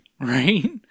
Right